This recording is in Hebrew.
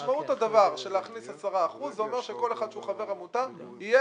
משמעות הדבר שכל אחד שהוא חבר עמותה יהיה